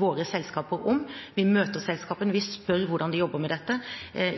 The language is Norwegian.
våre selskaper om. Vi møter selskapene, vi spør hvordan de jobber med dette.